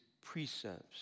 precepts